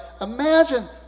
imagine